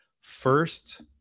First